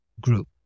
group